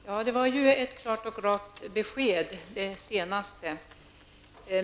Herr talman! Det sist sagda var ett klart och rakt besked.